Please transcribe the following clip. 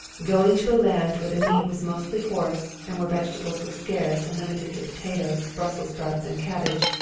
going to a land where the meat was mostly horse and where vegetables were scarce and limited to potatoes, brussels sprouts and cabbage,